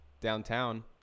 downtown